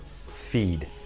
feed